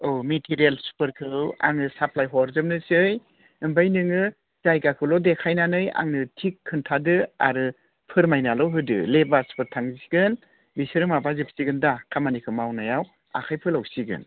औ मेटेरियेल्सफोरखौ आङो साप्लाय हरजोबनोसै ओमफ्राय नोङो जायगाखौल' देखायनानै आंनो थि खोन्थादो आरो फोरमायनाल' होदो लेबार्सफोर थांसिगोन बिसोरो माबा जोबसिगोन दा खामानिखौ मावनायाव आखाय फोलावसिगोन